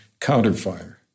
counterfire